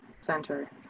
center